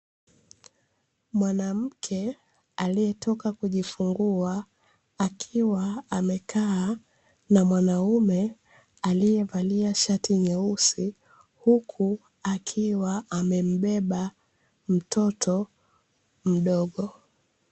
Mwanamke aliyetoka kujifungua akiwa amekaa na mwanaume aliyevalia shati nyeusi, huku akiwa amembeba mtoto mdogo.